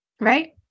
Right